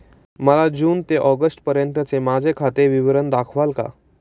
मला जून ते ऑगस्टपर्यंतचे माझे खाते विवरण दाखवाल का?